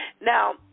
Now